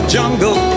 jungle